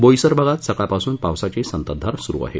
बोईसर भागांत सकाळपासून पावसाची संततधार सुरू आहे